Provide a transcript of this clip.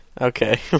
Okay